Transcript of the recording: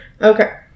Okay